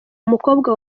umukobwa